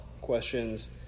questions